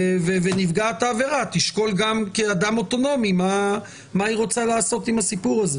ונפגעת העבירה תשקול כאדם אוטונומי מה היא רוצה לעשות עם הסיפור הזה